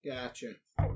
Gotcha